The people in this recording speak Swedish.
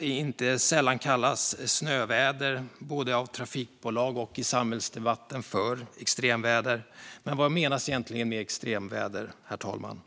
Inte sällan kallas snöväder både av trafikbolag och i samhällsdebatten för extremväder. Men vad menas egentligen med extremväder, herr ålderspresident?